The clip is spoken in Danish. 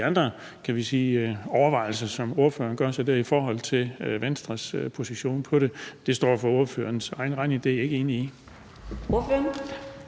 De andre overvejelser, som ordføreren gør sig om Venstres position i forhold til det, står for ordførerens egen regning. Det er jeg ikke enig i.